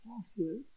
passwords